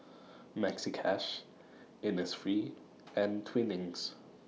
Maxi Cash Innisfree and Twinings